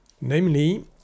Namely